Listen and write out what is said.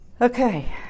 Okay